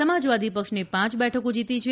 સમાજવાદી પક્ષે પ બેઠકો જીતી છે